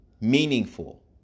meaningful